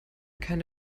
keine